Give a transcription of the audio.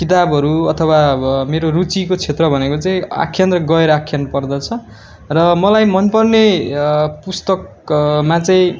किताबहरू अथवा मेरो रुचिको क्षेत्र भनेको चाहिँ आख्यान र गैर आख्यान पर्दछ र मलाई मनपर्ने पुस्तकमा चाहिँ